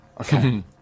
Okay